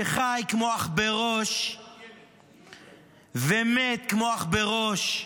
שחי כמו עכברוש ומת כמו עכברוש,